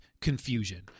confusion